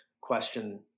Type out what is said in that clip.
question